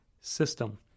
system